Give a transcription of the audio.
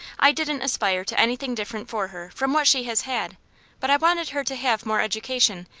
i didn't aspire to anything different for her from what she has had but i wanted her to have more education,